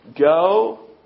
go